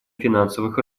финансовых